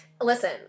Listen